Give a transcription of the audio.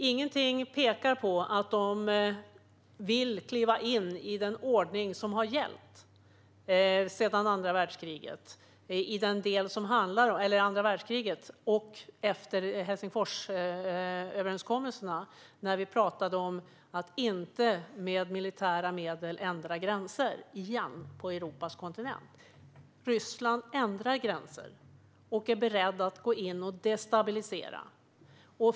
Ingenting pekar på att Ryssland vill kliva in i den ordning som har gällt sedan andra världskriget och efter Helsingforsöverenskommelserna när det gäller att inte med militära medel ändra gränser igen på den europeiska kontinenten. Ryssland ändrar gränser och är berett att gå in och destabilisera.